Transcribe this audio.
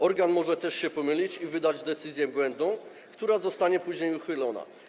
Organ może też się pomylić i wydać decyzję błędną, która zostanie później uchylona.